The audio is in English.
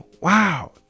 Wow